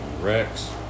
Rex